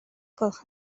gwelwch